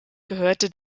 gehörte